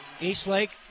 eastlake